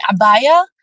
abaya